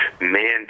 man